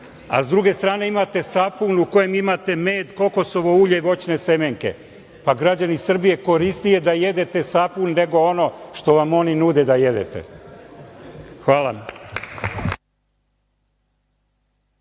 a sa druge strane imate sapun u kojem imate med, kokosovo ulje i voćne semenke pa, građani Srbije, korisnije je da jedete sapun, nego ono što vam oni nude da jedete. Hvala.